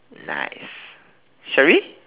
nice shall we